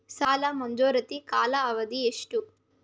ಸಾಲ ಮಂಜೂರಾತಿ ಕಾಲಾವಧಿ ಎಷ್ಟು?